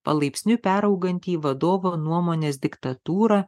palaipsniui peraugantį į vadovo nuomonės diktatūrą